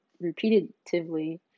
repeatedly